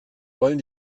wollen